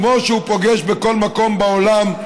כמו שהוא פוגש בכל מקום בעולם,